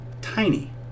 tiny